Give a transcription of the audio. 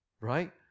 Right